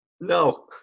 No